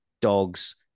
dogs